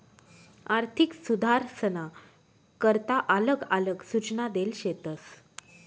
आर्थिक सुधारसना करता आलग आलग सूचना देल शेतस